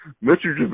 Mitchell